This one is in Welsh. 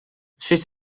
sut